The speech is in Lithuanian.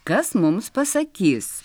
kas mums pasakys